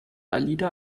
alida